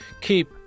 Keep